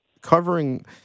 covering